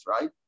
right